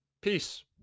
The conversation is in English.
peace